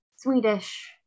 Swedish